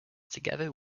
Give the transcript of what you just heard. together